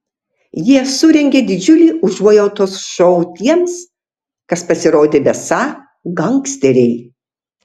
jie surengė didžiulį užuojautos šou tiems kas pasirodė besą gangsteriai